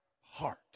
heart